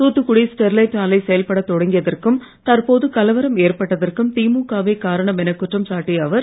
தூத்துக்குடி ஸ்டெர்லைட் ஆலை செயல்படத் தொடங்கியதற்கும் தற்போது கலவரம் ஏற்பட்டதற்கும் திமுக வே காரணம் எனக் குற்றம் சாட்டிய அவர்